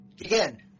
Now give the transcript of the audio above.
again